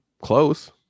Close